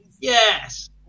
Yes